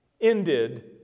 ended